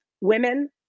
women